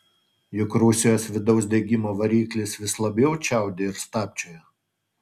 juk rusijos vidaus degimo variklis vis labiau čiaudi ir stabčioja